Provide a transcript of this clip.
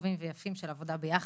טובים ויפים של עבודה ביחד.